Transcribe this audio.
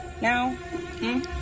now